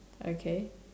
okay